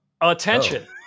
Attention